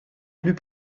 plus